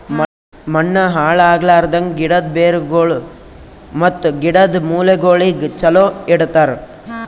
ಮಣ್ಣ ಹಾಳ್ ಆಗ್ಲಾರ್ದಂಗ್, ಗಿಡದ್ ಬೇರಗೊಳ್ ಮತ್ತ ಗಿಡದ್ ಮೂಲೆಗೊಳಿಗ್ ಚಲೋ ಇಡತರ್